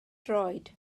droed